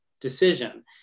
decision